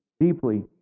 Deeply